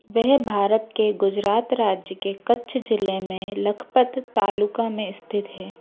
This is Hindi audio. वह भारत के गुजरात राज्य के कच्छ ज़िले में लखपत तालुका में स्थित है